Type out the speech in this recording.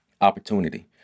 Opportunity